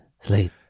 sleep